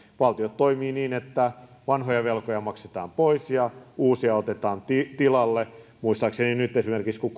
valtiot toimivat niin että vanhoja velkoja maksetaan pois ja uusia otetaan tilalle muistaakseni esimerkiksi nyt kun